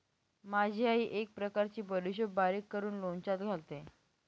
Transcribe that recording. माझी आई एक प्रकारची बडीशेप बारीक करून लोणच्यात घालते